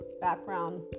background